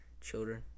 children